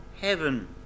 heaven